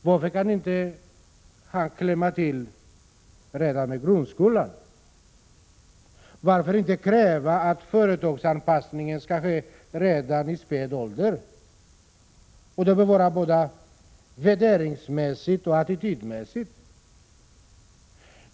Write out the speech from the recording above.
Varför kan han inte klämma till med grundskolan också? Varför inte kräva att företagsanpassningen skall ske redan i späd ålder och att den bör vara både värdemässig och attitydmässig.